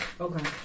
Okay